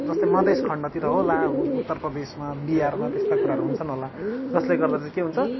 जस्तै मधेस खण्डतिर होला उत्तर प्रदेशमा बिहारमा त्यस्ता कुराहरू हुन्छन् होला जसले गर्दा चाहिँ के हुन्छ